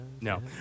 No